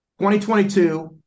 2022